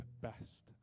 best